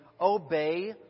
obey